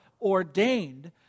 ordained